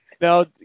Now